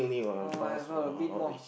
[oh]-my-god a bit more